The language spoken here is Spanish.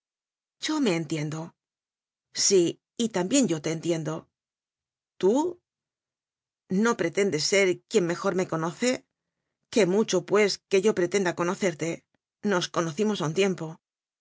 yo me entiendo sí y también yo te entiendo tú no pretendes ser quien mejor me co noce qué mucho pues que yo pretenda co nocerte nos conocimos a un tiempo